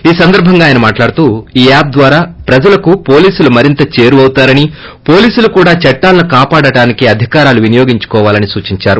ఈ సందర్భంగా ఆయన మాట్లాడుతూ ఈ యాప్ ద్వారా ప్రజలకు పోలీసులు మరింత చేరువ అవుతారని పోలీసులు కూడా చట్టాలను కాపాడటానికి అధికారాలు వినియోగించాలని సూచించారు